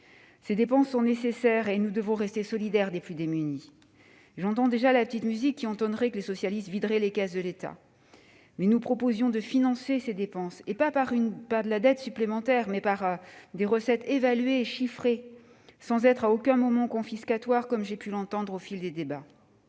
Ces dépenses sont nécessaires et nous devons rester solidaires vis-à-vis des plus démunis. J'entends déjà la petite musique selon laquelle les socialistes videraient les caisses de l'État ... Or nous proposions de financer ces dépenses, non pas par de la dette supplémentaire, mais par des recettes évaluées et chiffrées, qui n'auraient à aucun moment été confiscatoires, comme j'ai pu l'entendre au fil des débats.